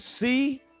see